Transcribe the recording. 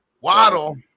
Waddle